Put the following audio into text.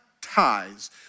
ties